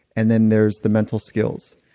and then there's the mental skills.